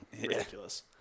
Ridiculous